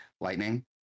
lightning